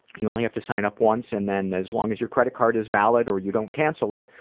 you only have to sign up once, and then as long as your credit card is valid or you don't cancel it,